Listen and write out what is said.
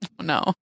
No